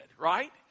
right